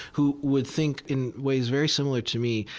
who would think in ways very similar to me,